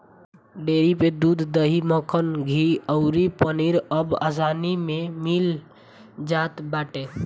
dairy पे दूध, दही, मक्खन, घीव अउरी पनीर अब आसानी में मिल जात बाटे